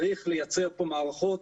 צריך לייצר פה מערכות.